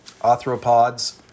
arthropods